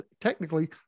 technically